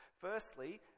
Firstly